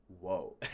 whoa